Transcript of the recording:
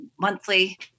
monthly